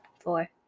Four